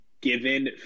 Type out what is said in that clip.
given